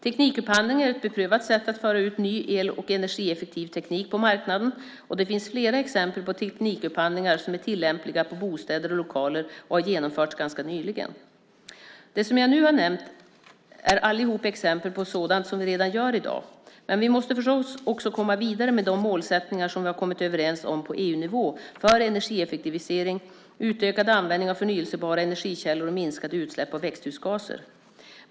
Teknikupphandling är ett beprövat sätt att föra ut ny el och energieffektiv teknik på marknaden, och det finns flera exempel på teknikupphandlingar som är tillämpliga på bostäder och lokaler och som har genomförts ganska nyligen. Det som jag nu har nämnt är alltihop exempel på sådant som vi redan gör i dag. Men vi måste förstås också komma vidare med de målsättningar som vi har kommit överens om på EU-nivån för energieffektivisering, utökad användning av förnybara energikällor och minskade utsläpp av växthusgaser.